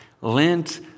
Lent